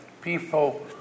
people